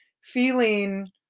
feeling